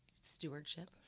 stewardship